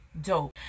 dope